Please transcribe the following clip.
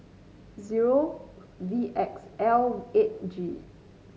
zero V X L eight G